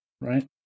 right